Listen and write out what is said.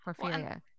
porphyria